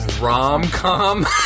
Rom-com